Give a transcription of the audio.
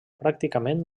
pràcticament